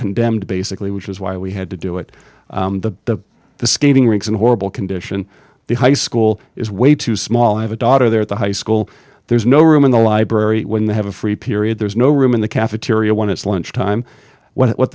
condemned basically which is why we had to do it the the skating rinks and horrible condition the high school is way too small have a daughter there at the high school there's no room in the library when they have a free period there's no room in the cafeteria when it's lunch time what